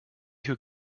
who